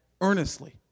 Earnestly